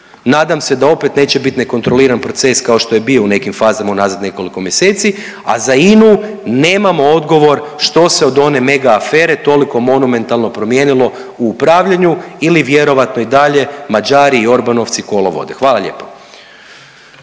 Nadam se da opet neće biti nekontroliran proces kao što je bio u nekim fazama unazad nekoliko mjeseci, a za INU nemamo odgovor što se od one mega afere toliko monomentalno promijenilo u upravljanju ili vjerojatno i dalje Mađari i orbanovci kolo vode. Hvala lijepo.